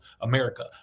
America